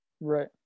Right